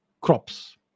crops